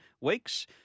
weeks